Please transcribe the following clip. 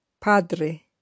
Padre